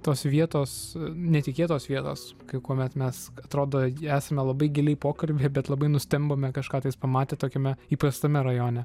tos vietos netikėtos vietos kai kuomet mes atrodo esame labai giliai pokalbyje bet labai nustembame kažką tais pamatę tokiame įprastame rajone